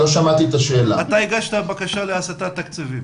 אתה הגשת בקשה להסטה תקציבית